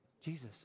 Jesus